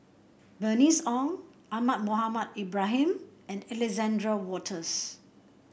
Bernice Ong Ahmad Mohamed Ibrahim and Alexander Wolters